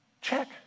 Check